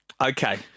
Okay